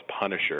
punisher